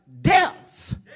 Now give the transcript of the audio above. death